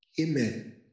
Amen